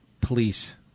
police